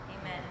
Amen